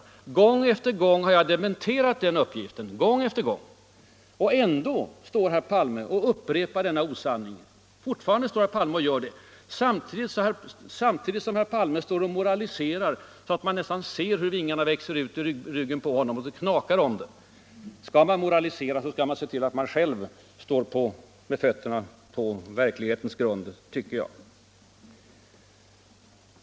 Och gång efter gång har jag dementerat den uppgiften. Ändå står herr Palme nu och för fram sitt osanna påstående. Och han gör det samtidigt som han moraliserar så att man nästan ser hur vingarna växer ut ur ryggen på honom och hör hur det knakar. Skall man moralisera, då skall man se till att man själv står på verklighetens och sanningens grund, tycker jag.